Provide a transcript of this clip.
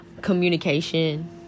communication